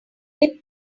hip